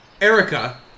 Erica